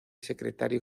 secretario